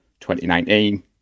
2019